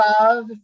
love